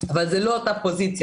זה לא אותה פוזיציה,